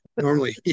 Normally